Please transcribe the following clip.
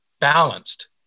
balanced